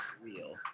real